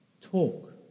Talk